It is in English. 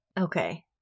Okay